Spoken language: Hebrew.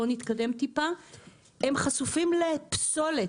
הם חשופים לפסולת.